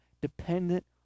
dependent